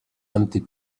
empty